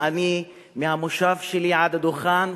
אני מהמושב שלי עד הדוכן,